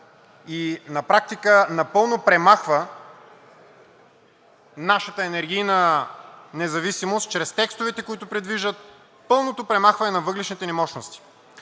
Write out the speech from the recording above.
и на практика напълно премахва нашата енергийна независимост чрез текстовете, които предвиждат пълното премахване на въглищните ни мощности.